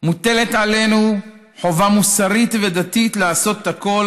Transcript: מוטלת עלינו חובה מוסרית ודתית לעשות הכול